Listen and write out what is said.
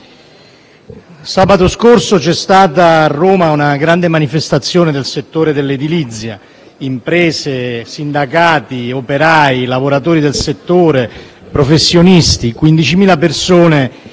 sabato scorso a Roma c'è stata una grande manifestazione del settore dell'edilizia. Imprese, sindacati, operai, lavoratori del settore, professionisti: 15.000 persone